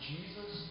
Jesus